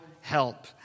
help